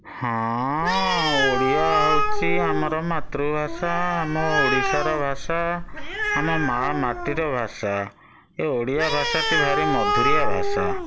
ହଁ ଓଡ଼ିଆ ହେଉଛି ଆମର ମାତୃଭାଷା ଆମ ଓଡ଼ିଶାର ଭାଷା ଆମ ମାଁ ମାଟିର ଭାଷା ଏ ଓଡ଼ିଆ ଭାଷାଟି ଭାରି ମଧୁରିଆ ଭାଷା